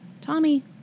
Tommy